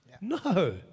No